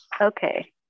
Okay